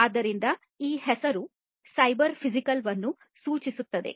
ಆದ್ದರಿಂದ ಈ ಹೆಸರು ಸೈಬರ್ ಫಿಸಿಕಲ್ ನನ್ನು ಸೂಚಿಸುತ್ತದೆ